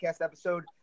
episode